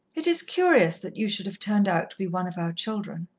it is curious that you should have turned out to be one of our children.